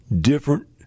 different